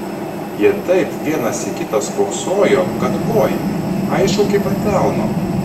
jie taip vienas į kitą spoksojo kad oi aišku kaip ant delno